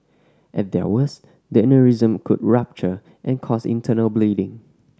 at their worst the aneurysm could rupture and cause internal bleeding